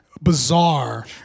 bizarre